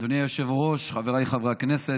אדוני היושב-ראש, חבריי חברי הכנסת,